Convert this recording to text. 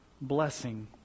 blessing